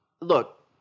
Look